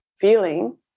feeling